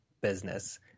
business